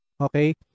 Okay